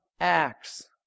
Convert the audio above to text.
Acts